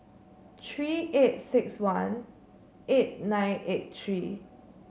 three eight six one eight nine eight three